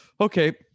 Okay